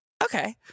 Okay